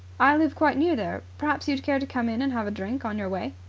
i live quite near there. perhaps you'd care to come in and have a drink on your way?